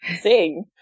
Sing